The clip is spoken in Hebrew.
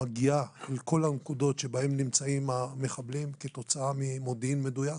מגיעה אל כל הנקודות שבהן נמצאים המחבלים כתוצאה ממודיעין מדויק,